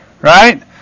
Right